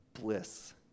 bliss